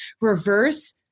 reverse